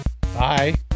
bye